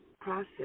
process